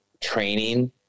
training